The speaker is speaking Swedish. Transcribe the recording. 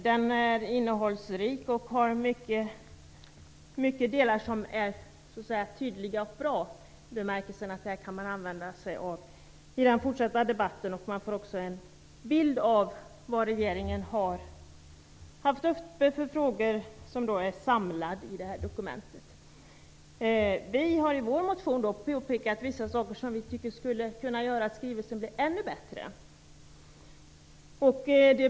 Den är innehållsrik och är i många delar tydlig och bra i den bemärkelsen att man kan använda sig av den i den fortsatta debatten. Man får också en bild av vilka frågor regeringen har haft uppe. De är nu samlade i det här dokumentet. Vi har i vår motion påpekat vissa saker som vi tycker skulle kunna göra att skrivelsen blev ännu bättre.